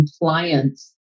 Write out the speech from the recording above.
compliance